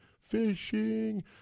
Fishing